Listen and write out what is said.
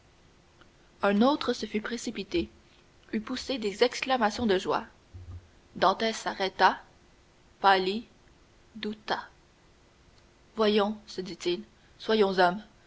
un autre se fût précipité eût poussé des exclamations de joie dantès s'arrêta pâlit douta voyons se dit-il soyons homme